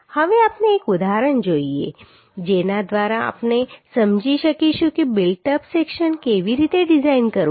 હવે આપણે એક ઉદાહરણ જોઈશું જેના દ્વારા આપણે સમજી શકીશું કે બિલ્ટ અપ સેક્શન કેવી રીતે ડિઝાઇન કરવું